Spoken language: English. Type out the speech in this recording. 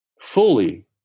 fully